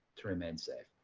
to remain safe.